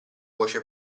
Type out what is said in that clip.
voce